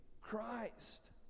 Christ